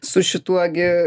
su šituo gi